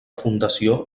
fundació